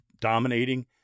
dominating